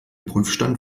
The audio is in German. prüfstand